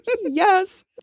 Yes